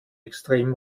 extrem